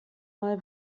mal